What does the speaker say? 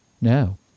No